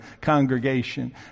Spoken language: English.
congregation